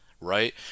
right